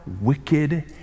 wicked